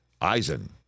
Eisen